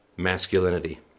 masculinity